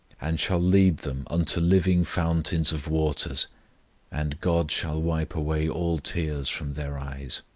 and shall lead them unto living fountains of waters and god shall wipe away all tears from their eyes.